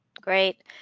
Great